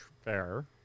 Fair